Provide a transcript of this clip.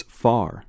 far